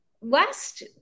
last